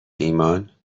ایمان